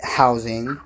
housing